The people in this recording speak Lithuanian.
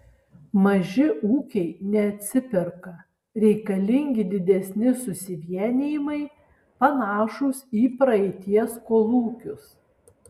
maži ūkiai neatsiperka reikalingi didesni susivienijimai panašūs į praeities kolūkius